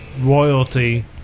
royalty